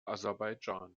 aserbaidschan